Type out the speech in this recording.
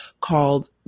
called